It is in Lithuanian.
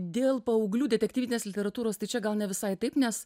dėl paauglių detektyvinės literatūros tai čia gal ne visai taip nes